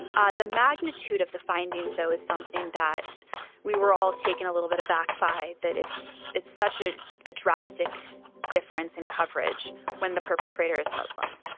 ah the magnitude of the findings, though, is something that we were all taken a little bit aback by, that it's it's such ah a drastic difference in coverage when the perpetrator is muslim